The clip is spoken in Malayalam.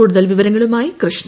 കൂടുതൽ വിവരങ്ങളുമായി കൃഷ്ണ